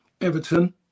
Everton